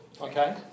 okay